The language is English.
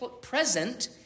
present